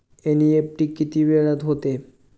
NEFT किती वेळात होते?